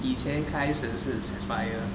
以前开始是 sapphire